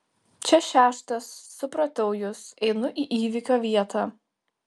čia šeštas supratau jus einu į įvykio vietą